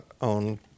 on